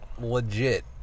legit